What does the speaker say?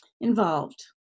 Involved